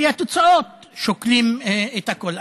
לפי התוצאות שוקלים את הכול.